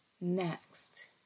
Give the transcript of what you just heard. next